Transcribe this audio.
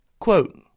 Quote